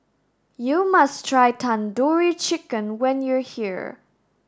you must try Tandoori Chicken when you are here